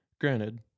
granted